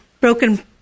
broken